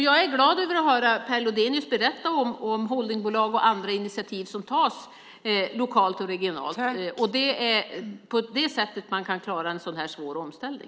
Jag är glad över att höra Per Lodenius berätta om holdingbolag och om olika initiativ som tas lokalt och regionalt. På det sättet kan man klara en svår omställning.